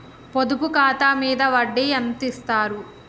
పొదుపు ఖాతా మీద వడ్డీ ఎంతిస్తరు?